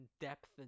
depth